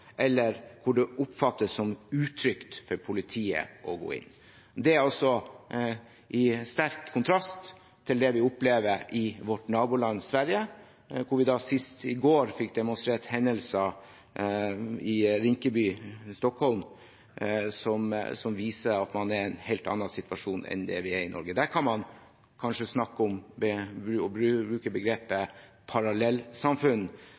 eller hvor det oppfattes som utrygt for politiet å gå inn. Dette er også i sterk kontrast til det vi opplever i vårt naboland Sverige, hvor vi senest i går fikk demonstrert hendelser i Rinkeby, Stockholm som viser at man er i en helt annen situasjon enn vi er i Norge. Der kan man kanskje snakke om